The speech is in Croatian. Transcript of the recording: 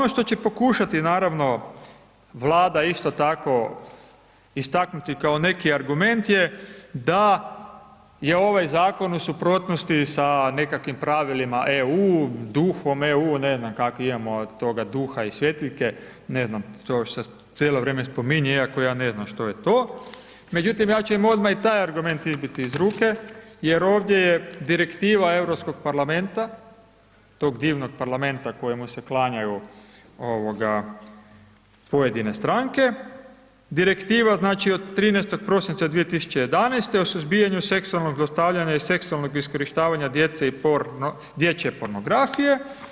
Ono što će pokušati naravno Vlada isto tako istaknuti kao neki argument je da je ovaj zakon u suprotnosti sa nekakvim pravilima EU, duhom EU, ne znam kakvog imamo tog duha i svjetiljke, ne znam, to što cijelo vrijeme spominje iako ja ne znam što je to, međutim, ja ću im odmah i taj argument izbiti iz ruke jer ovdje je direktiva Europskog parlamenta, tog divnog parlamenta kojemu se klanjaju pojedince stranke, direktiva znači od 13. prosinca 2011. o suzbijanju seksualnog zlostavljanja i seksualnog iskorištavanja djece i dječje pornografije.